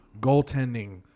goaltending